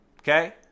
Okay